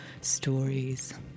stories